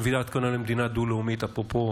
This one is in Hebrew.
שמביאה למדינה דו-לאומית, אפרופו